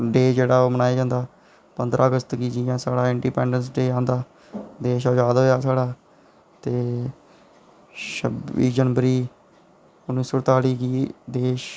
day जेह्ड़ा ओह् मनाया जंदा पंदरां अगस्त गी जि'यां साढ़ा इंडिपैंनडैन्स डे आंदा देश आजाद होआ साढ़ा ते छब्बी जनवरी उन्नी सौ गी देश